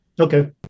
Okay